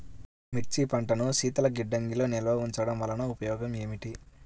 మిర్చి పంటను శీతల గిడ్డంగిలో నిల్వ ఉంచటం వలన ఉపయోగం ఏమిటి?